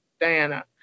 Diana